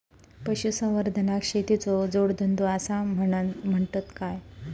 पशुसंवर्धनाक शेतीचो जोडधंदो आसा म्हणतत काय?